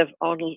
On